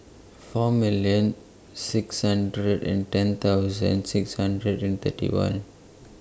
four million six hundred and ten thousand six hundred and thirty one